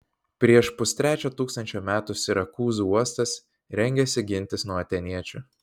prieš pustrečio tūkstančio metų sirakūzų uostas rengėsi gintis nuo atėniečių